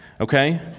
okay